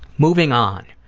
moving on.